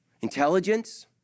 intelligence